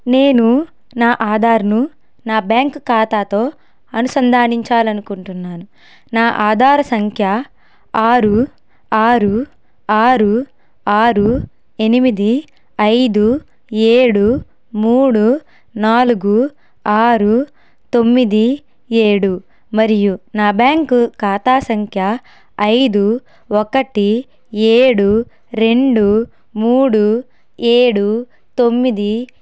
నేను నా ఆధార్ను నా బ్యాంకు ఖాతాతో అనుసంధానించాలనుకుంటున్నాను నా ఆధార్ సంఖ్య ఆరు ఆరు ఆరు ఆరు ఎనిమిది ఐదు ఏడు మూడు నాలుగు ఆరు తొమ్మిది ఏడు మరియు నా బ్యాంకు ఖాతా సంఖ్య ఐదు ఒకటి ఏడు రెండు మూడు ఏడు తొమ్మిది